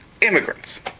immigrants